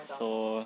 so